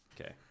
Okay